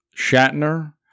Shatner